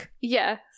yes